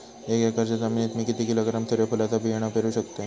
एक एकरच्या जमिनीत मी किती किलोग्रॅम सूर्यफुलचा बियाणा पेरु शकतय?